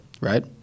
right